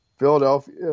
Philadelphia